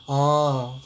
orh